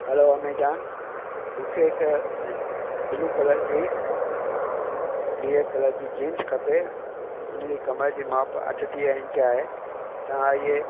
hello Amazon मूंखे हिकु blue colour जी नीरे कलर जी जींस खपे उन जी कमरि जी माप अठटीह इंच आहे त इहे